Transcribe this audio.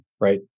right